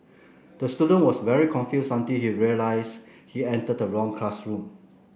the student was very confused until he realised he entered the wrong classroom